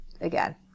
again